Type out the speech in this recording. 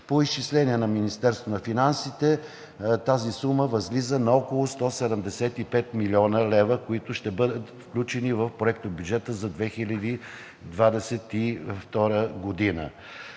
По изчисление на Министерството на финансите тази сума възлиза на около 175 млн. лв., които ще бъдат включени в проектобюджета за 2022 г.